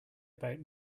about